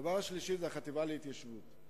הדבר השלישי זה החטיבה להתיישבות.